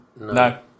No